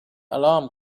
alarm